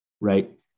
right